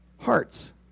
hearts